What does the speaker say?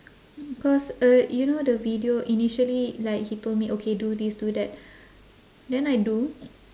because uh you know the video initially like he told me okay do this do that then I do